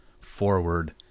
forward